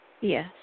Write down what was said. Yes